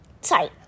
sorry